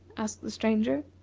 asked the stranger.